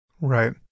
right